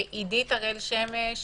עידית הראל שמש.